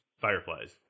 fireflies